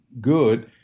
good